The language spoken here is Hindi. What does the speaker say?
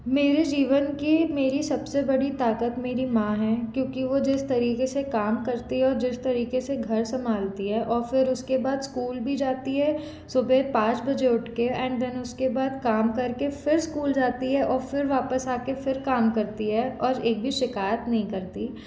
मेरे जीवन के मेरी सबसे बड़ी ताक़त मेरी मां है क्योंकि वो जिस तरीके से काम करती है जिस तरीके से घर संभालती है और फिर उसके बाद स्कूल भी जाती है सुबह पाँच बजे उठके एंड देन उसके बाद काम करके फिर स्कूल जाती है फिर वापस आ के फिर काम करती है और एक भी शिकायत नहीं करती है